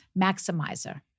maximizer